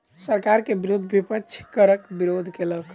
सरकार के विरुद्ध विपक्ष करक विरोध केलक